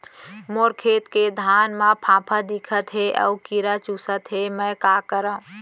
मोर खेत के धान मा फ़ांफां दिखत हे अऊ कीरा चुसत हे मैं का करंव?